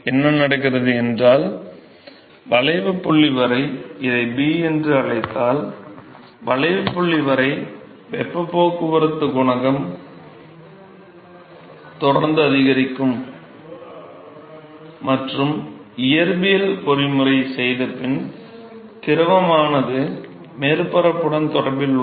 என்ன நடக்கிறது என்றால் வளைவுப் புள்ளி வரை இதை b என்று அழைத்தால் வளைவுப் புள்ளி வரை வெப்பப் போக்குவரத்து குணகம் தொடர்ந்து அதிகரிக்கும் மற்றும் இயற்பியல் பொறிமுறையைச் செய்தபின் திரவமானது மேற்பரப்புடன் தொடர்பில் உள்ளது